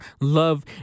love